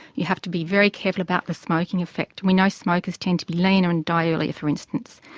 you have to be very careful about the smoking effect. we know smokers tend to be leaner and die earlier, for instance.